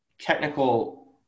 technical